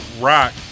rock